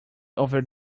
over